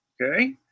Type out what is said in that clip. okay